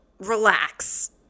relax